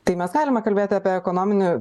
tai mes galime kalbėti apie ekonominį